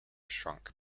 shrunk